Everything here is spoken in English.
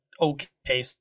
okay